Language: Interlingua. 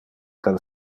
del